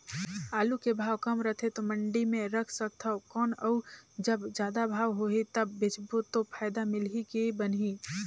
आलू के भाव कम रथे तो मंडी मे रख सकथव कौन अउ जब जादा भाव होही तब बेचबो तो फायदा मिलही की बनही?